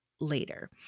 Later